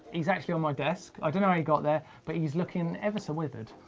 he's actually on my desk. i don't know how he got there but he's looking ever so withered.